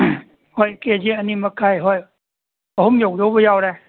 ꯍꯣꯏ ꯀꯦ ꯖꯤ ꯑꯅꯤ ꯃꯈꯥꯏ ꯍꯣꯏ ꯑꯍꯨꯝ ꯌꯧꯗꯧꯕ ꯌꯥꯎꯔꯦ